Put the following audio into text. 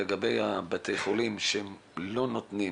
ציינת לגבי בתי החולים שהם לא נותנים